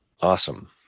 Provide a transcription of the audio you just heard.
Awesome